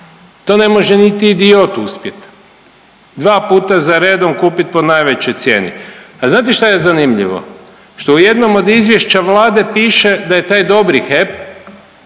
To ne može niti idiot uspjet, dva puta za redom kupit po najvećoj cijeni, a znate šta je zanimljivo? Što u jednom od izvješća Vlade piše da je taj dobri HEP